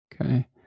okay